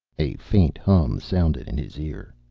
a faint hum sounded in his ear.